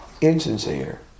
Insincere